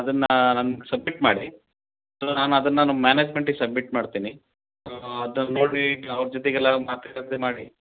ಅದನ್ನು ನನ್ಗೆ ಸಬ್ಮಿಟ್ ಮಾಡಿ ಸೊ ನಾನು ಅದನ್ನು ನಮ್ಮ ಮ್ಯಾನೇಜ್ಮೆಂಟಿಗೆ ಸಬ್ಮಿಟ್ ಮಾಡ್ತೀನಿ ಅದನ್ನು ನೋಡಿ ಅವ್ರ ಜೊತೆಗೆಲ್ಲ ಮಾತುಕತೆ ಮಾಡಿ